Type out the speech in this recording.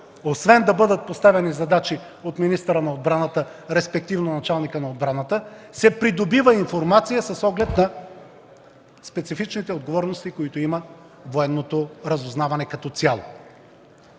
освен да бъдат поставяни задачи от министъра на отбраната, респективно от началника на отбраната, се придобива информация с оглед на специфичните отговорности, които има военното разузнаване като цяло.